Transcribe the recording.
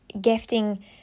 gifting